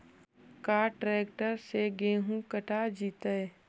का ट्रैक्टर से गेहूं कटा जितै?